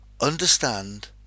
understand